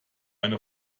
eine